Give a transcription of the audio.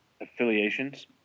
affiliations